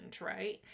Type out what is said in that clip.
right